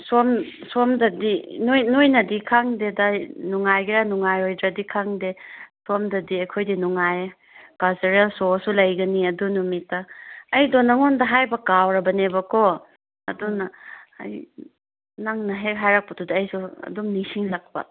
ꯁꯣꯝꯗꯗꯤ ꯅꯣꯏꯅꯗꯤ ꯈꯪꯗꯦꯗ ꯅꯨꯡꯉꯥꯏꯒꯦꯔꯥ ꯅꯨꯡꯉꯥꯏꯔꯣꯏꯗ꯭ꯔꯗꯤ ꯈꯪꯗꯦ ꯁꯣꯝꯗꯗꯤ ꯑꯩꯈꯣꯏꯗꯤ ꯅꯨꯡꯉꯥꯏ ꯀꯜꯆꯔꯦꯜ ꯁꯣꯁꯨ ꯂꯩꯒꯅꯤ ꯑꯗꯨ ꯅꯨꯃꯤꯠꯇ ꯑꯩꯗꯣ ꯅꯉꯣꯟꯗ ꯍꯥꯏꯕ ꯀꯥꯎꯔꯕꯅꯦꯕꯀꯣ ꯑꯗꯨꯅ ꯑꯩ ꯅꯪꯅ ꯍꯦꯛ ꯍꯥꯏꯔꯛꯄꯗꯨꯗ ꯑꯩꯁꯨ ꯑꯗꯨꯝ ꯅꯤꯡꯁꯤꯡꯂꯛꯄ